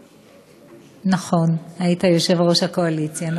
נכון, היית יושב-ראש הקואליציה.